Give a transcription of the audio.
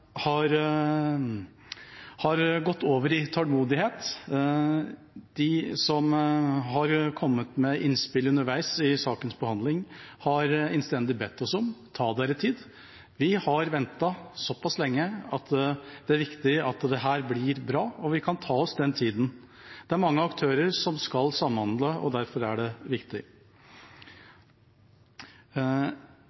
utålmodigheten har gått over i tålmodighet. De som har kommet med innspill underveis i sakens behandling, har innstendig bedt oss om å ta oss tid. De har ventet såpass lenge at det er viktig at dette blir bra. Og vi kunne ta oss den tida. Det er mange aktører som skal samhandle, og derfor er det viktig.